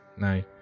No